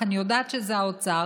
כי אני יודעת שזה האוצר,